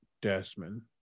Desmond